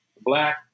black